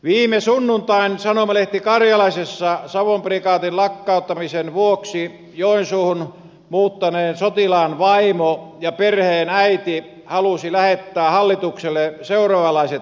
viime sunnuntain sanomalehti karjalaisessa savon prikaatin lakkauttamisen vuoksi joensuuhun muuttaneen sotilaan vaimo ja perheen äiti halusi lähettää hallitukselle seuraavanlaiset terveiset